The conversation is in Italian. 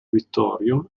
vittorio